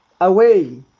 away